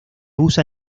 usa